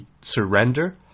surrender